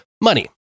money